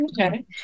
Okay